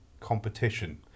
competition